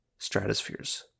stratospheres